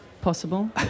possible